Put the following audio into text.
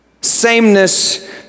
Sameness